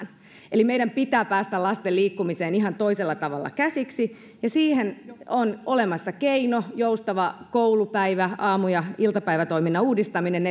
eli meidän pitää päästä lasten liikkumiseen ihan toisella tavalla käsiksi ja siihen on olemassa keino joustava koulupäivä aamu ja iltapäivätoiminnan uudistaminen